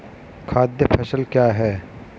खाद्य फसल क्या है?